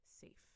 safe